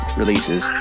releases